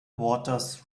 waters